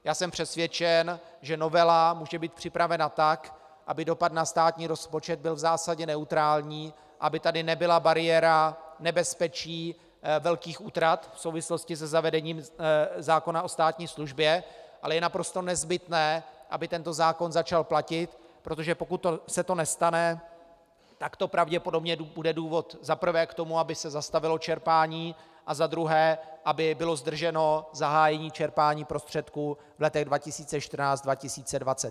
Já jsem přesvědčen, že novela může být připravena tak, aby dopad na státní rozpočet byl v zásadě neutrální, aby tady nebyla bariéra nebezpečí velkých útrat v souvislosti se zavedením zákona o státní službě, ale je naprosto nezbytné, aby tento zákon začal platit, protože pokud se to nestane, tak to pravděpodobně bude důvod za prvé k tomu, aby se zastavilo čerpání, a za druhé, aby bylo zdrženo zahájení čerpání prostředků v letech 2014 až 2020.